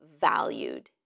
valued